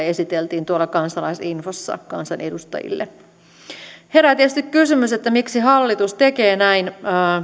esiteltiin tuolla kansalaisinfossa kansanedustajille herää tietysti kysymys miksi hallitus tekee näin